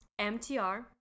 MTR